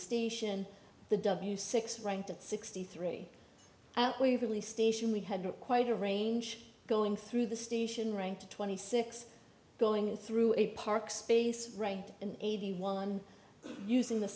station the w six right at sixty three at waverly station we had quite a range going through the station rang to twenty six going through a park space right in eighty one using the